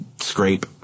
scrape